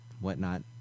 whatnot